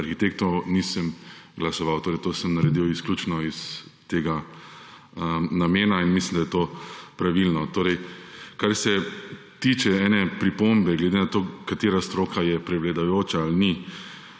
arhitektov, nisem glasoval. Torej to sem naredil izključno iz tega namena in mislim, da je to pravilno. Kar se tiče ene pripombe glede na to, katera stroka je prevladujoča ali ni,